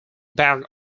bag